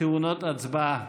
טעונות הצבעה.